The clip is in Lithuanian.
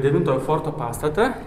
devintojo forto pastatą